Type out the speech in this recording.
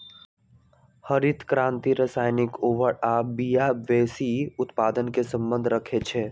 हरित क्रांति रसायनिक उर्वर आ बिया वेशी उत्पादन से सम्बन्ध रखै छै